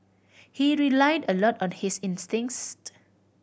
he relied a lot on his instincts